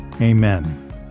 Amen